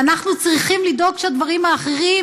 ואנחנו צריכים לדאוג שהדברים האחרים